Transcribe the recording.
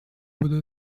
буду